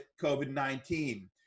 COVID-19